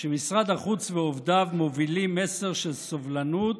שמשרד החוץ ועובדיו מובילים מסר של סובלנות,